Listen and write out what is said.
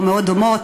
או מאוד דומים,